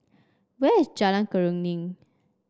where is Jalan Keruing